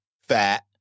fat